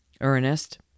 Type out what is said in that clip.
Ernest